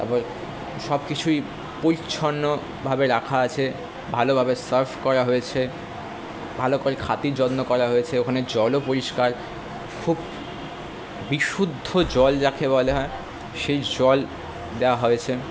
তারপর সবকিছুই পরিচ্ছন্নভাবে রাখা আছে ভালোভাবে সার্ভ করা হয়েছে ভালো করে খাতির যত্ন করা হয়েছে ওখানের জলও পরিষ্কার খুব বিশুদ্ধ জল যাকে বলা হয় সেই জল দেওয়া হয়েছে